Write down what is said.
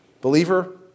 believer